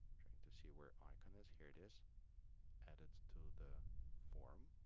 trying to see where icon is here it is add it to the form